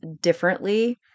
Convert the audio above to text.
differently